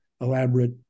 elaborate